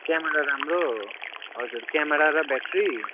camera राम्रो हजुर camera र ब्याट्री